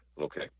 okay